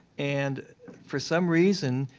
and for some reason,